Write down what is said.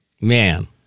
man